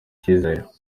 icyizere